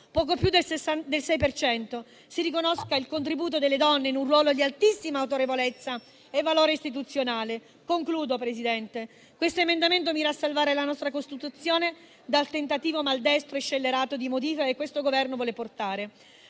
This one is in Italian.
6 per cento), si riconosca il contributo delle donne in un ruolo di altissima autorevolezza e valore istituzionale. In conclusione, signora Presidente, questo emendamento mira a salvare la nostra Costituzione dal tentativo maldestro e scellerato di modifica che questo Governo vuole portare.